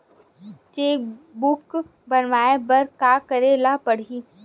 Cheque book बनवाय बर का करे ल पड़हि?